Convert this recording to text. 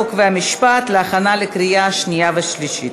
חוק ומשפט להכנה לקריאה שנייה ושלישית.